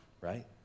right